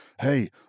Hey